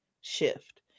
shift